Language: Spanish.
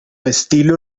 estilo